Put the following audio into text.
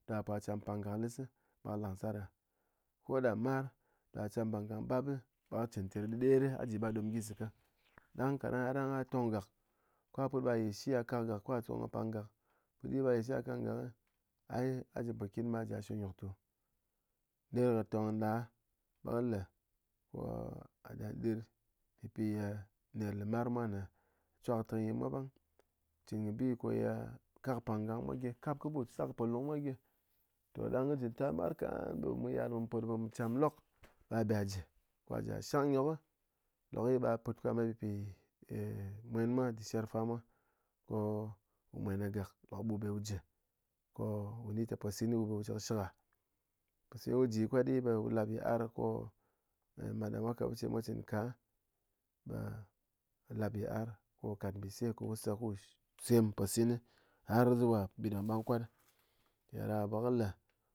A cham pangang gaklɨs be ghá lang sar, koda mar be ghá cham pangang bap be kɨ chɨn ter dɨdir be ghá dom gyi zaka, ɗang kaɗang yaɗang ghá tong gak, ko ghá put ɗi be ghá ye shi ghá kang gak ko ghá tong pang gak, putdi be ghá ye shi ghá kang gak, ai a ji pokin be ghá shwe nyoktu, ner kɨ tong da be kɨ le ko ghá dem ghá dir pɨpi ye ner lɨmar mwa ne, chwa kɨ tɨngyin mwa bang, chɨn kɨ bi ko ye kak pangang mwa gyi kap kɨ but sak ponglong mwa gyi, toh dang kɨ ji tar mar ka do mu yal ɓe mu put ɓe mu cham lok be ghá be ghá ji ko ghá ji ghá shang nyok, lok ɓe ghá put ko ghá met pɨ pi mwen mwa dɨ shɨr fa mwa, ko wu mwen kɨ gak, lok ɓe wu be wu ji ko wu ni te posin be wu be wu ji kɨ shɨk'a, wu ji kwat be wu lap yi'ar ko mat da mwa kat bɨce ko mwa cɨn ka, ɓe lap yi'ar ko wu kat mbise ko wu se ko wu sem posin har zuwa bi bángbang kwat, mpidádaká ɓe kɨ le